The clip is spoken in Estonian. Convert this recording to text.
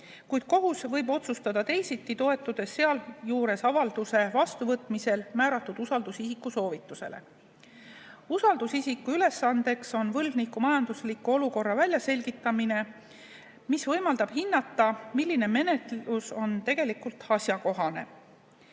kuid kohus võib otsustada teisiti, toetudes sealjuures avalduse vastuvõtmisel määratud usaldusisiku soovitusele. Usaldusisiku ülesanne on võlgniku majandusliku olukorra väljaselgitamine, mis võimaldab hinnata, milline menetlus on tegelikult asjakohane.